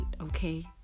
okay